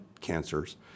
cancers